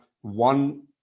one